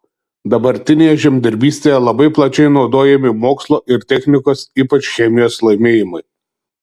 dabartinėje žemdirbystėje labai plačiai naudojami mokslo ir technikos ypač chemijos laimėjimai